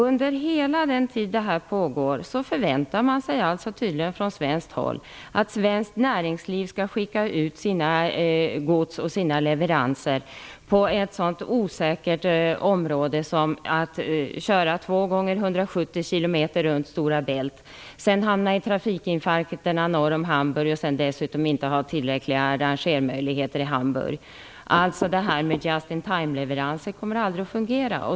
Under hela den tid som detta pågår förväntar man sig tydligen från svenskt håll att svenskt näringsliv skall skicka ut sitt gods och sina leveranser på ett så osäkert sätt som det är att två gånger köra 170 kilometer runt Stora Bält. Därefter hamnar de i trafikinfarkterna norr om Hamburg. Dessutom har de inte tillräckliga rangermöjligheter i Hamburg. Detta med just-in-time-leveranser kommer aldrig att fungera.